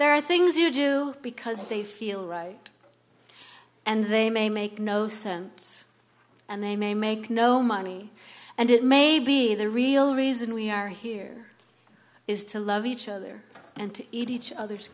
there are things you do because they feel right and they may make no sense and they may make no money and it may be the real reason we are here is to love each other and to each other